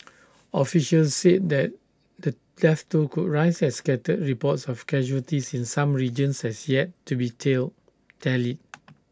officials said that the death toll could rise as scattered reports of casualties in some regions has yet to be tell tallied